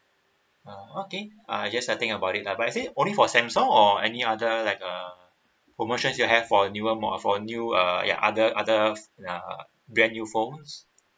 oh okay uh yes I think about it lah but is it only for samsung or any other like uh promotions you have for newer mo~ for new uh ya other other uh brand new phones